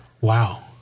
Wow